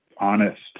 honest